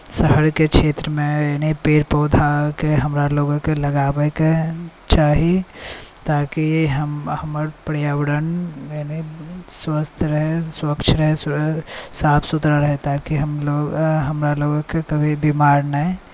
शहरके क्षेत्रमे एनी पेड़ पौधाके हमरा लोकके लगाबैके चाही ताकि हम हमर पर्यावरण एने स्वस्थ रहै स्वच्छ रहै साफ सुथरा रहै ताकि हम लोक हमरा लोक कभी बीमार नहि